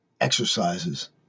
exercises